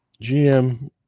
GM